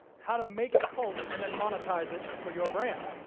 how to make a cult and then monetise it for your brand.